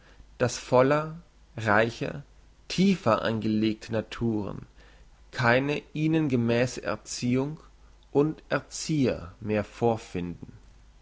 dass voller reicher tiefer angelegte naturen keine ihnen gemässe erziehung und erzieher mehr vorfinden